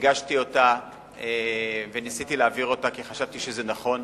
הגשתי את הצעת החוק וניסיתי להעביר אותה כי חשבתי שזה נכון.